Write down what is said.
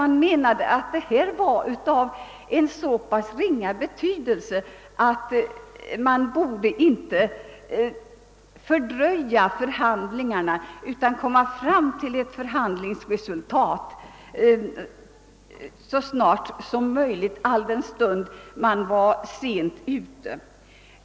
Man menade nämligen att de hade så pass ringa betydelse att man inte borde fördröja förhandlingarna utan söka komma fram till ett förhandlingsresultat så snart som möjligt, eftersom man var sent ute.